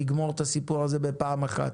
לגמור את הסיפור הזה בפעם אחת.